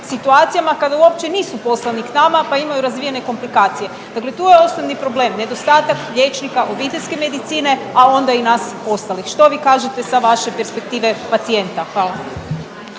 situacijama kada uopće nisu poslani k nama, pa imaju razvijene komplikacije, dakle tu je osnovi problem nedostatak liječnika obiteljske medicine, a onda i nas ostalih. Što vi kažete sa vaše perspektive pacijenta? Hvala.